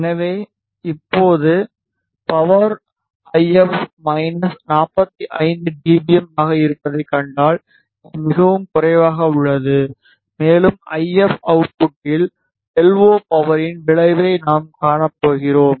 எனவே இப்போதே power IF இல் மைனஸ் 45 டிபிஎம் ஆக இருப்பதைக் கண்டால் அது மிகவும் குறைவாக உள்ளது மேலும் ஐஎப் அவுட்புட்டில் எல்ஓ பவரின் விளைவை நாம் காணப்போகிறோம்